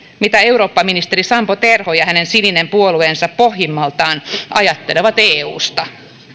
mitä eurooppaministeri sampo terho ja hänen sininen puolueensa pohjimmaltaan ajattelevat eusta